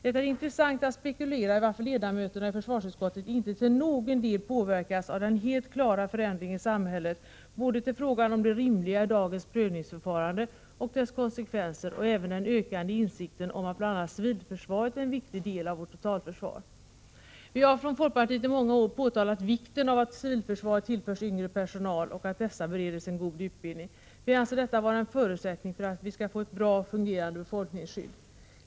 Det är intressant att spekulera i varför ledamöterna i försvarsutskottet inte till någon del påverkas av den helt klara förändringen i samhället, både till frågan om det rimliga i dagens prövningsförfarande och dess konsekvenser och även den ökade insikten om att bl.a. civilförsvaret är en viktig del av vårt totalförsvar. Vi har från folkpartiet i många år pekat på vikten av att civilförsvaret tillförs yngre personal och att denna bereds en god utbildning. Vi anser detta vara en förutsättning för att vi skall få ett bra fungerande befolkningsskydd.